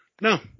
No